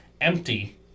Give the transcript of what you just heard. Empty